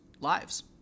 lives